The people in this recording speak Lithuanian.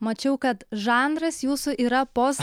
mačiau kad žanras jūsų yra pos